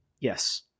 Yes